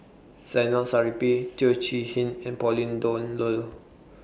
Zainal Chee Hean and Pauline Dawn Loh